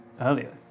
earlier